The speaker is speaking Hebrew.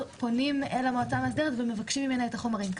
פונים אל המועצה המאסדרת ומבקשים ממנה את החומרים.